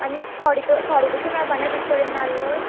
आनी थोडे त थोडे पसून मेळपा ना तुजे कडेन नाल्ल